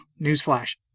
Newsflash